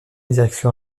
direction